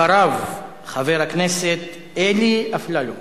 אחריו, חבר הכנסת אלי אפללו,